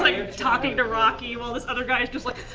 like, talking to rocky while this other guy is just like,